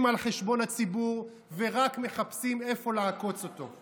על חשבון הציבור ורק מחפשים איפה לעקוץ אותו.